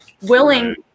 willing